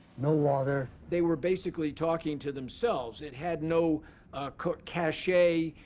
no water. they were basically talking to themselves. it had no cachet.